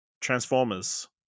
Transformers